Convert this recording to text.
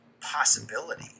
possibility